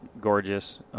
gorgeous